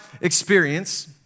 experience